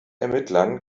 ermittlern